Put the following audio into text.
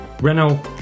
Renault